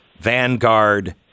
Vanguard